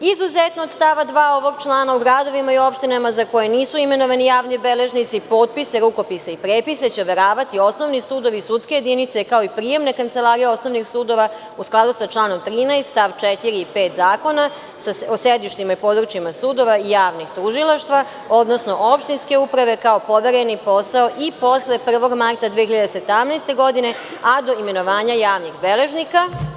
Izuzetno od stava 2. ovog člana, u gradovima i opštinama za koje nisu imenovani javni beležnici, potpise, rukopise i prepise će overavati osnovni sudovi, sudske jedinice, kao i prijemne kancelarije osnovnih sudova, u skladu sa članom 13. st. 4. i 5. Zakona o sedištima i područjima sudova i javnih tužilaštava, odnosno opštinske uprave, kao povereni posao i posle 1. marta 2017. godine, a do imenovanja javnih beležnika.